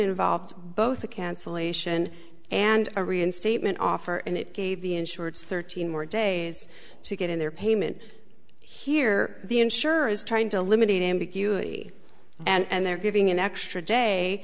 involved both a cancellation and a reinstatement offer and it gave the insurance thirteen more days to get in their payment here the insurer is trying to eliminate ambiguity and they're giving an extra day